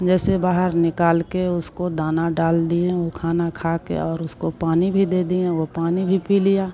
जैसे बाहर निकालकर उसको दाना डाल दिएँ वह खाना खाकर और उसकाे पानी भी दे दिएँ वह पानी भी पी लिया